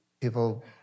People